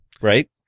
Right